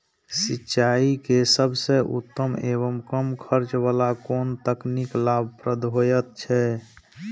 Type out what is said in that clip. सिंचाई के सबसे उत्तम एवं कम खर्च वाला कोन तकनीक लाभप्रद होयत छै?